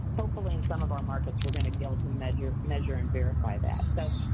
hopefully in some of our markups, we're gonna be able to measure measure and verify that. so,